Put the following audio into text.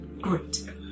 Great